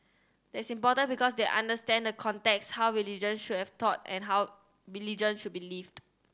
that's important because they understand the context how religion should have taught and how religion should be lived